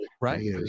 Right